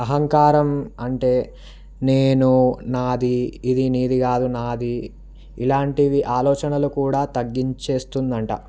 అహంకారం అంటే నేను నాది ఇది నీది కాదు నాది ఇలాంటివి ఆలోచనలు కూడా తగ్గించేస్తుందట